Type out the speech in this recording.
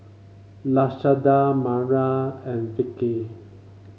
Lashonda Myra and Vickey